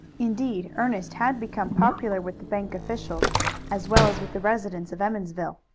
indeed ernest had become popular with the bank officials as well as with the residents of emmonsville.